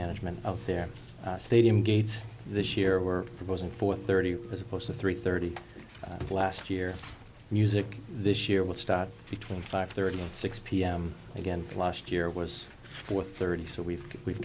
management of their stadium gates this year we're proposing for thirty as opposed to three thirty last year music this year will start between five thirty and six p m again last year was four thirty so we've we've